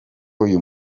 uyu